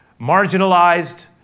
marginalized